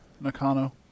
Nakano